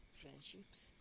friendships